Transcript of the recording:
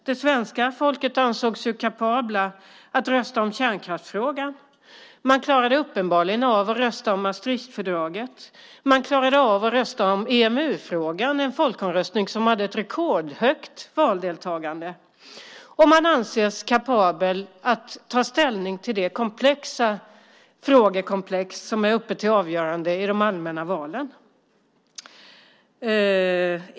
Det svenska folket ansågs ju kapabla att rösta om kärnkraftsfrågan. Man klarade uppenbarligen av att rösta om Maastrichtfördraget. Man klarade av att rösta om EMU-frågan, en folkomröstning som hade ett rekordhögt valdeltagande, och man anses kapabel att ta ställning till det frågekomplex som är uppe till avgörande i de allmänna valen.